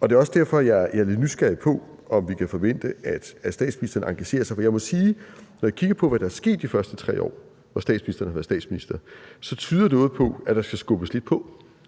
og det er også derfor, jeg er lidt nysgerrig på, om vi kan forvente, at statsministeren engagerer sig. For jeg må sige, at når jeg kigger på, hvad der er sket, de første 3 år statsministeren har været statsminister, så tyder noget på, at der skal skubbes lidt på,